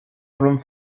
orm